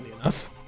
enough